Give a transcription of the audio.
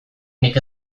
nik